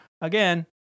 again